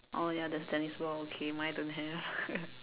oh ya there's tennis ball okay mine don't have